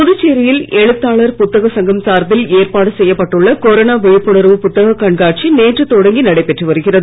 புதுச்சேரியில் எழுத்தாளர் புத்தக சங்கம் சார்பில் ஏற்பாடு செய்யப்பட்டுள்ள கொரோனா விழிப்புணர்வு புத்தக கண்காட்சி நேற்றுத் தொடங்கி நடைபெற்று வருகிறது